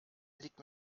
liegt